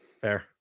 Fair